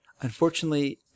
Unfortunately